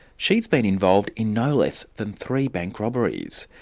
she's been involved in no less than three bank robberies.